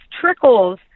trickles